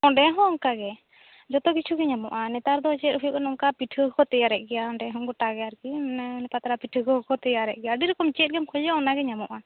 ᱚᱸᱰᱮ ᱦᱚᱸ ᱚᱱᱠᱟ ᱜᱮ ᱡᱚᱛᱚ ᱠᱤᱪᱷᱩ ᱜᱮ ᱧᱟᱢᱚᱜᱼᱟ ᱱᱮᱛᱟᱨ ᱫᱚ ᱪᱮᱫ ᱦᱩᱭᱩᱜ ᱠᱟᱱᱟ ᱱᱚᱝᱠᱟ ᱯᱤᱴᱷᱟᱹ ᱦᱚᱸᱠᱚ ᱛᱮᱭᱟᱨᱮᱫ ᱜᱮᱭᱟ ᱚᱸᱰᱮ ᱦᱚᱸ ᱜᱚᱴᱟ ᱜᱮ ᱟᱨᱠᱤ ᱚᱱᱮ ᱢᱟᱱᱮ ᱯᱟᱛᱲᱟ ᱯᱤᱴᱷᱟᱹ ᱠᱚᱦᱚᱸ ᱠᱚ ᱛᱮᱭᱟᱨᱮᱫ ᱜᱮᱭᱟ ᱟᱹᱰᱤ ᱨᱚᱠᱚᱢ ᱪᱮᱫ ᱜᱮᱢ ᱠᱷᱚᱡᱚᱜᱼᱟ ᱚᱱᱟ ᱜᱮ ᱧᱟᱢᱚᱜᱼᱟ